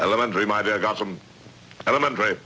elementary my dad got some element